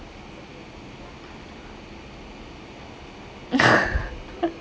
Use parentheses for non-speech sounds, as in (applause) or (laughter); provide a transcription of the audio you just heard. (laughs)